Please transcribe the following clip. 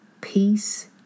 Peace